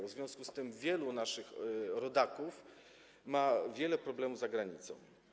W związku z tym wielu naszych rodaków ma wiele problemów za granicą.